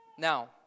Now